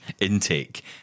intake